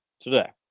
today